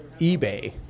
eBay